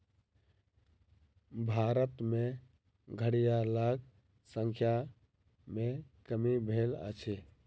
भारत में घड़ियालक संख्या में कमी भेल अछि